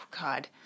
God